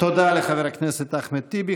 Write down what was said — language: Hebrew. לחבר הכנסת אחמד טיבי.